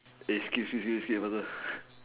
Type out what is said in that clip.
eh skip skip skip faster